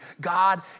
God